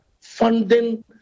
funding